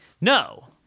No